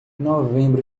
novembro